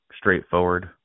straightforward